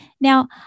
Now